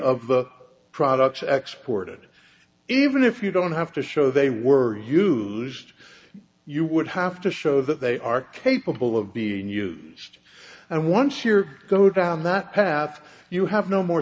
of the products export it even if you don't have to show they were used you would have to show that they are capable of being used and once you're go down that path you have no more